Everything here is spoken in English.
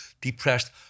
depressed